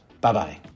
Bye-bye